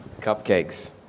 Cupcakes